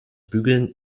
bügeln